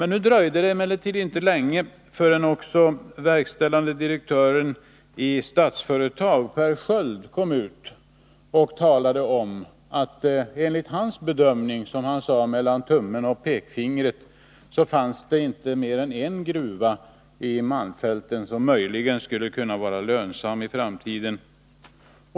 Nu dröjde det emellertid inte länge förrän också verkställande direktören i Statsföretag Per Sköld uttalade sig om att det enligt hans bedömning — en uppskattning ”mellan tummen och pekfingret”, som han sade — inte fanns mer än en gruva i malmfälten som möjligen skulle kunna vara lönsam i framtiden.